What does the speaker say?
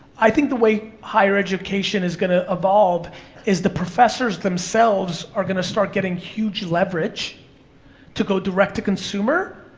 i think the way higher education is gonna evolve is the professors themselves are gonna start getting huge leverage to go direct to consumer,